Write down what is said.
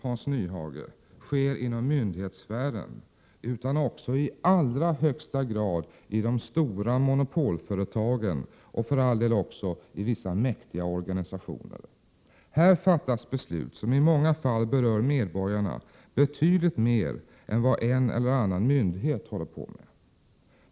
1987/88:122 inom myndighetssfären, Hans Nyhage, utan också i allra högsta grad i de ' 18 maj 1988 a h för all d SR SR SER oo stora monopolföretagen och för all del också i vissa mäktiga organisationer AhUrnRa Ltyckfer Här fattas beslut som i många fall berör medborgarna betydligt mer än vad en Kesjörordningen eller annan myndighet håller på med.